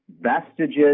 vestiges